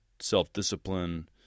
self-discipline